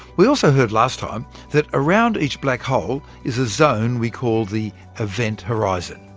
we also heard last time that around each black hole is a zone we call the event horizon.